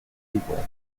people